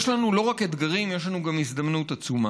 יש לנו לא רק אתגרים, יש לנו גם הזדמנות עצומה.